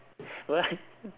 what